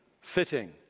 fitting